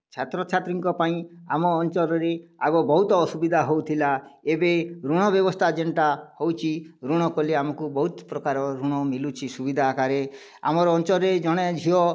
ଛାତ୍ରଛାତ୍ରୀଙ୍କ ପାଇଁ ଆମ ଅଞ୍ଚଳରେ ଆଗ ବହୁତ ଅସୁବିଧା ହଉଥିଲା ଏବେ ଋଣ ବ୍ୟବସ୍ଥା ଯେନ୍ଟା ହଉଛି ଋଣ କଲେ ଆମକୁ ବହୁତ ପ୍ରକାର ଋଣ ମିଳୁଛି ସୁବିଧା ଆକାରେ ଆମର ଅଞ୍ଚଳରେ ଜଣେ ଝିଅ